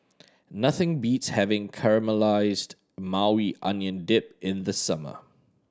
nothing beats having Caramelized Maui Onion Dip in the summer